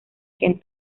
quien